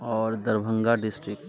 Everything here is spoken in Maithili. आओर दरभंगा डिस्ट्रिक्ट